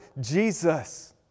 Jesus